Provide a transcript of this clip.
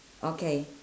okay